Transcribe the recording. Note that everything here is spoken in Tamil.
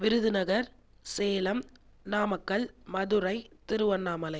விருதுநகர் சேலம் நாமக்கல் மதுரை திருவண்ணாமலை